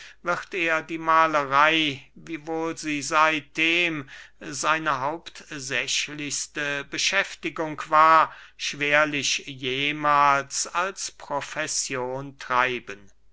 wird er die mahlerey wiewohl sie seitdem seine hauptsächlichste beschäftigung war schwerlich jemahls als profession treiben